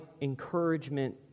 encouragement